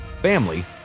family